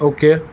okay